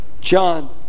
John